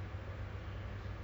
um